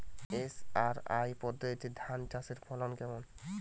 SRI পদ্ধতিতে ধান চাষের ফলন কেমন?